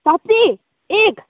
साँच्ची एक